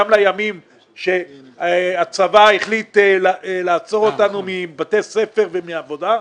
גם לימים שהצבא החליט שלא נלך לבתי הספר ולעבודה,